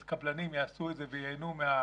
אז קבלנים יעשו את זה וייהנו מהחמש,